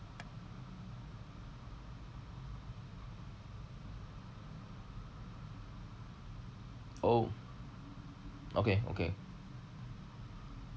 oh okay okay